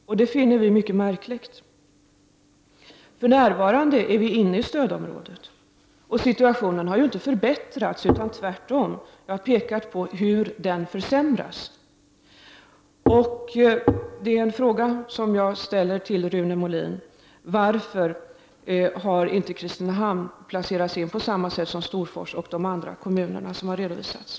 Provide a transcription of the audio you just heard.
Det finner vi mycket märkligt. För närvarande tillhör Kristinehamn stödområdet, och situationen har ju inte förbättrats utan tvärtom försämrats. Jag har pekat på hur den har försämrats. Jag vill ställa en fråga till Rune Molin: Varför har inte Kristinehamn placerats in i stödområdet på samma sätt som Storfors och de andra tidigare redovisade kommunerna?